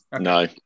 No